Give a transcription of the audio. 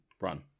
run